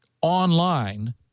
online